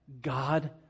God